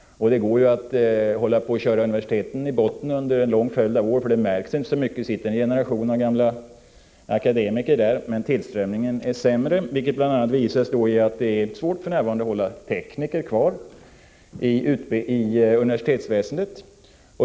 Det går ju att hålla på och köra universiteten i botten under en lång följd av år, för det märks inte så mycket. Det sitter en generation av gamla akademiker där, men tillströmningen är sämre än tidigare, vilket bl.a. visas av att det för närvarande är svårt att hålla tekniker kvar i universitetsväsendet.